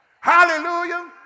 Hallelujah